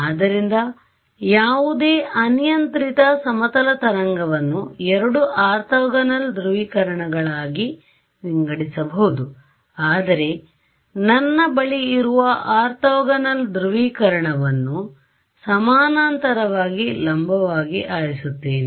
ಆದ್ದರಿಂದ ಯಾವುದೇ ಅನಿಯಂತ್ರಿತ ಸಮತಲ ತರಂಗವನ್ನು ಎರಡು ಆರ್ಥೋಗೋನಲ್ ಧ್ರುವೀಕರಣಗಳಾಗಿ ವಿಂಗಡಿಸಬಹುದು ಆದರೆ ನನ್ನ ಬಳಿಯಿರುವ ಆರ್ಥೋಗೋನಲ್ ಧ್ರುವೀಕರಣವನ್ನು ನಾನು ಸಮಾನಾಂತರವಾಗಿ ಲಂಬವಾಗಿ ಆರಿಸುತ್ತೇನೆ